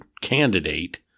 candidate